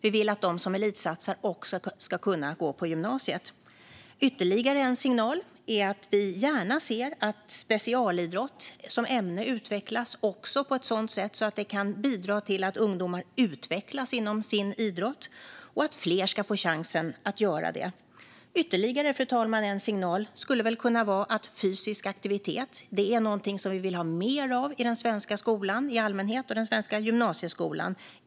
Vi vill att de som elitsatsar också ska kunna gå på gymnasiet. Ytterligare en signal är att vi gärna ser att specialidrott som ämne utvecklas, också på ett sådant sätt att det kan bidra till att ungdomar utvecklas inom sin idrott och att fler ska få chansen att göra det. Ännu en signal skulle kunna vara att fysisk aktivitet är något som vi vill ha mer, inte mindre, av i den svenska skolan i allmänhet och i den svenska gymnasieskolan.